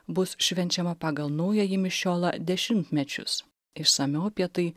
bus švenčiama pagal naująjį mišiolą dešimtmečius išsamiau apie tai